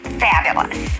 fabulous